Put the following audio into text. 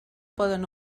poden